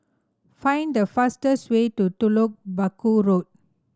find the fastest way to Telok Paku Road